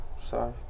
Sorry